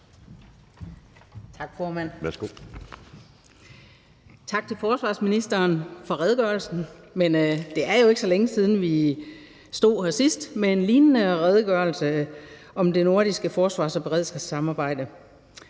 Tak til forsvarsministeren for redegørelsen. Det er jo ikke så længe siden, vi sidst stod her med en lignende redegørelse om det nordiske forsvars- og beredskabssamarbejde.